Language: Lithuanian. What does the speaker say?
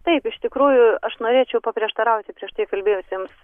taip iš tikrųjų aš norėčiau paprieštarauti prieš tai kalbėjusiems